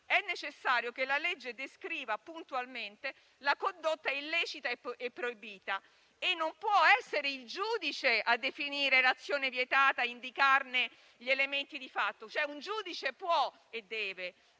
è necessario che la legge descriva puntualmente la condotta illecita e proibita. Non può essere il giudice a definire l'azione vietata e a indicarne gli elementi di fatto. Un giudice può (e deve)